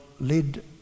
led